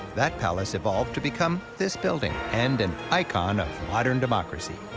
that palace evolved to become this building and an icon of modern democracy.